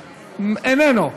איננו,